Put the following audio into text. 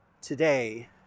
today